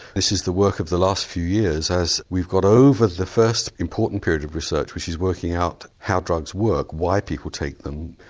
this is the work of the last few years as we've got over the first important period of research which is working out how drugs work, why people take them,